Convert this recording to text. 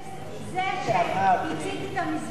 זה שהצית את המסגד,